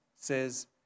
says